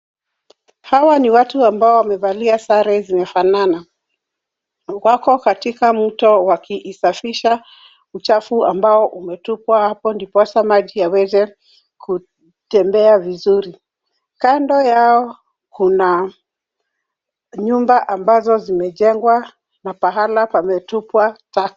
Hawa ni watu ambao wamevalia sare zinafanana. Wako katika mto wakiisafisha uchafu ambao umetupwa hapo ndiposa maji yaweze kutembea vizuri. Kando yao kuna nyumba ambazo zimejengwa na pahala pametupwa taka.